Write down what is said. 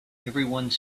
everyone